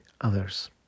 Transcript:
others